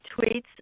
tweets